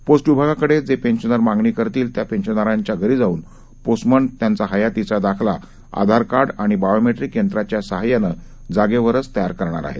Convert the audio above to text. post विभागाकडे जे pensioner मागणी करतील त्या पेन्शनरांच्या घरी जाऊन पोस्टमन त्यांचा हयातीचा दाखला आधार कार्ड आणि बायोमेट्रिक यंत्राच्या सहाय्याने जागेवरच तयार करणार आहेत